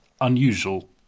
unusual